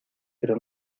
pero